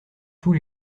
tous